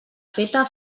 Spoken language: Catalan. feta